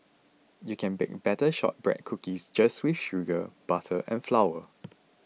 you can bake Shortbread Cookies just with sugar butter and flour